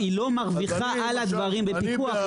היא לא מרוויחה על הדברים בפיקוח,